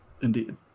Indeed